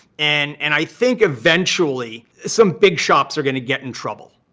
and and i think, eventually, some big shops are going to get in trouble.